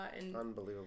Unbelievable